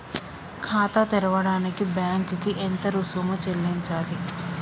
ఖాతా తెరవడానికి బ్యాంక్ కి ఎంత రుసుము చెల్లించాలి?